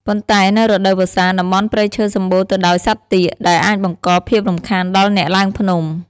ប៉ុន្តែនៅរដូវវស្សា តំបន់ព្រៃឈើសម្បូរទៅដោយសត្វទាក ដែលអាចបង្កភាពរំខានដល់អ្នកឡើងភ្នំ។